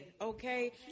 Okay